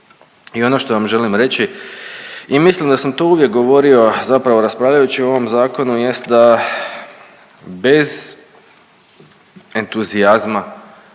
I ono što vam želim reći i mislim da sam to uvijek govorio, zapravo raspravljajući o ovom zakonu jest da bez entuzijazma